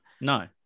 No